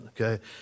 okay